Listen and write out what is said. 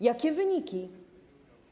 Jakie wyniki?